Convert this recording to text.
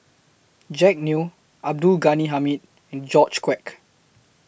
Jack Neo Abdul Ghani Hamid and George Quek